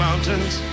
Mountains